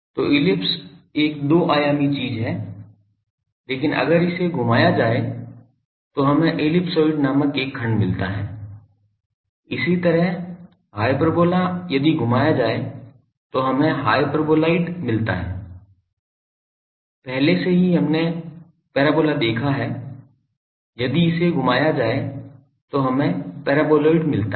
तो इलिप्स एक दो आयामी चीज है लेकिन अगर इसे घुमाया जाए तो हमें इलिप्सॉइड नामक एक खंड मिलता है इसी तरह हाइपरबोला यदि घुमाया जाए तो हमें हाइपरबोलाइड मिलता है पहले से ही हमने परबोला देखा है यदि इसे घुमाया जाए तो हमें परबोलाइड मिलता है